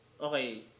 okay